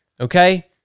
Okay